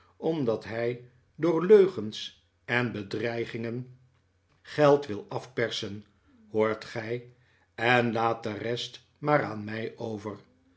omdat hij door leugens en bedreigingen geld wil afpersen hoort gij en laat de rest maar aan mij over